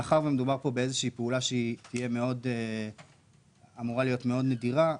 מאחר שמדובר כאן באיזושהי פעולה שהיא אמורה להיות מאוד נדירה,